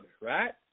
right